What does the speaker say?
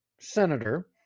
senator